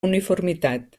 uniformitat